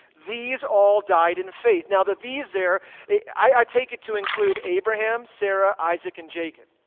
these all died in faith. now the these there i take it to include abraham, sarah, isaac, and jacob,